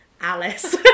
Alice